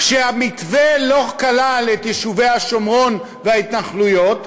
כשהמתווה לא כלל את יישובי השומרון וההתנחלויות,